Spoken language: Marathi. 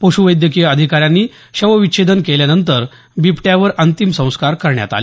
पश्वैद्यकीय अधिकाऱ्यांनी शवविच्छेदन केल्यानंतर बिबट्यावर अंतिम संस्कार करण्यात आले